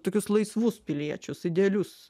tokius laisvus piliečius idealius